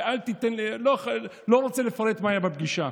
לא רוצה לפרט מה היה בפגישה.